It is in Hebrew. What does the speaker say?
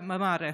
במערכת.